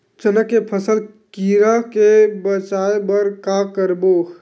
चना के फसल कीरा ले बचाय बर का करबो?